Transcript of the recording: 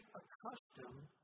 accustomed